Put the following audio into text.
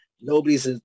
Nobody's